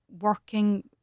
Working